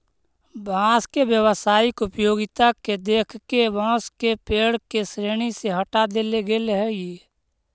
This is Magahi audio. बाँस के व्यावसायिक उपयोगिता के देख के बाँस के पेड़ के श्रेणी से हँटा देले गेल हइ